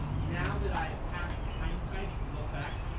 now that i have hindsight and can look back,